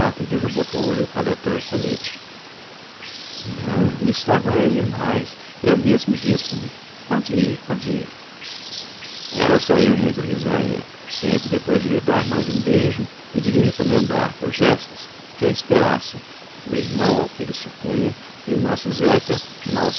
e desabotoou lhe o paletó e o colete não isto agora é demais eu mesmo dispo me pode ir pode ir ela saiu muito risonha sempre depois de lhe dar mais um beijo e de lhe recomendar por gestos que a esperasse o irmão ao que ele supunha e o nosso zeca mal